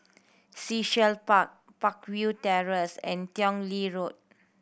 Sea Shell Park Peakville Terrace and Tong Lee Road